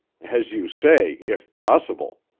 as you say if possible.